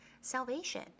salvation